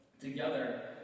Together